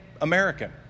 American